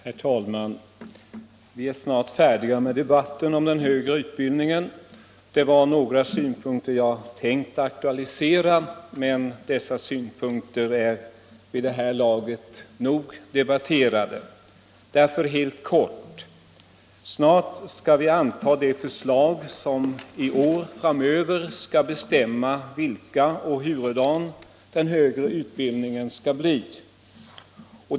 Herr talman! Vi är snart färdiga med debatten om den högre utbildningen. Det var några synpunkter som jag tänkt aktualisera, men dessa synpunkter är vid det här laget tillräckligt debatterade. Därför helt kortfattat: Snart skall vi anta det förslag som i åratal framöver skall bestämma hurudan den högre utbildningen skall bli.